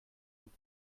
und